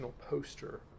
poster